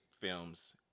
films